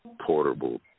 Portable